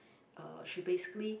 uh she basically